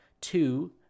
Two